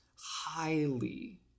highly